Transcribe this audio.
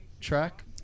track